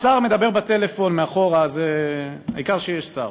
השר מדבר בטלפון מאחור, העיקר שיש שר.